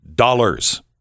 Dollars